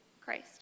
Christ